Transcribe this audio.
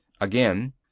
Again